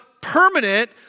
permanent